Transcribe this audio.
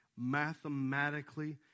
mathematically